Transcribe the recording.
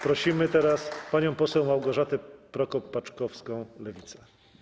Prosimy teraz panią poseł Małgorzatę Prokop-Paczkowską, Lewica.